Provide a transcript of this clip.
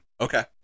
Okay